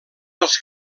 els